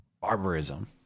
barbarism